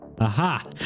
Aha